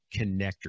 connector